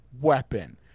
weapon